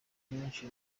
mwinshi